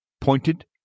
pointed